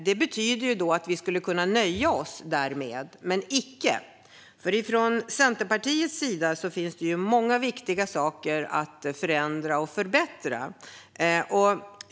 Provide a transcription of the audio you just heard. Därmed skulle vi kunna nöja oss, men icke, för från Centerpartiets sida tycker vi att det finns många saker att förändra och förbättra.